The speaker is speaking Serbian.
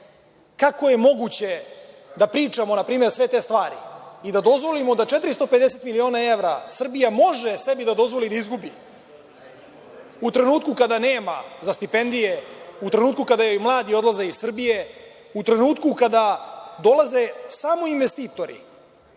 Kako je moguće da pričamo npr. sve te stvari i da dozvolimo da 450 miliona evra Srbija može sebi da dozvoli da izgubi u trenutku kada nema za stipendije, u trenutku kada joj mladi odlaze iz Srbije, u trenutku kada dolaze samo investitori,